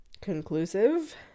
conclusive